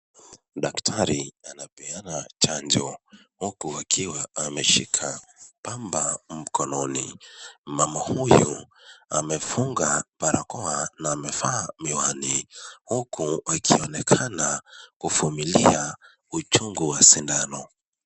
Daktari anapeana chanjo, huku akiwa ameshika pamba mkononi. Mama huyo amefunga barakoa na amevaa miwani. Huku akionekana kuvumilia uchungu wa sindano.